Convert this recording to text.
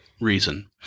reason